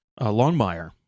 Longmire